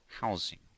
housing